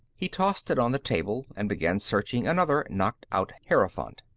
he tossed it on the table, and began searching another knocked-out hierophant.